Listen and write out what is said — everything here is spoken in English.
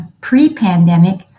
pre-pandemic